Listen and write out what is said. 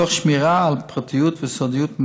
תוך שמירה על פרטיות וסודיות,